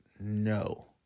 No